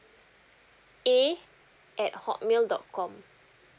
a at hotmail dot com